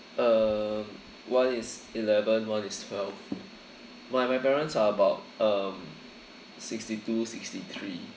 um one is eleven one is twelve my my parents are about um sixty two sixty three